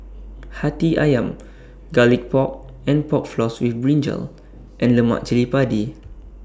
Hati Ayam Garlic Pork and Pork Floss with Brinjal and Lemak Cili Padi